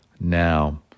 Now